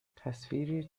تصویری